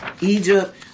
Egypt